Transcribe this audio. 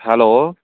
hello